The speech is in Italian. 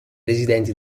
residenti